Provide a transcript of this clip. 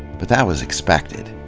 but that was expected.